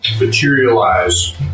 materialize